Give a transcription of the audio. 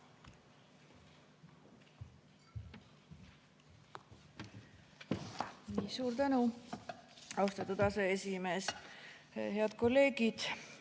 Suur tänu, austatud aseesimees! Head kolleegid!